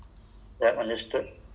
python right